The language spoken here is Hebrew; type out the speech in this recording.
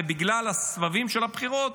ובגלל הסבבים של הבחירות